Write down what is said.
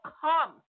come